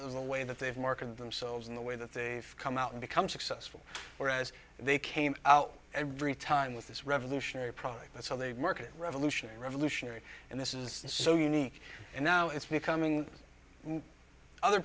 the way that they've marketed themselves in the way that they've come out and become successful or as they came out every time with this revolutionary product that's how they market revolutionary revolutionary and this is so unique and now it's becoming other